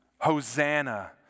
Hosanna